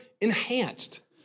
enhanced